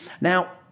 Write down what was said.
Now